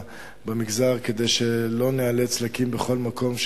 כדי שלא ניאלץ להקים בכל מקום,